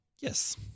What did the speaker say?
Yes